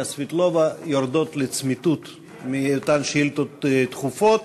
סבטלובה יורדות לצמיתות מאותן שאילתות דחופות.